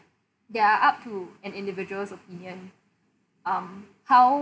they are up to an individual's opinion um how